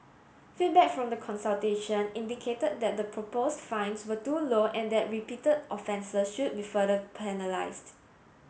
feedback from the consultation indicate that the proposed fines were too low and that repeat offences should be further penalised